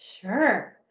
Sure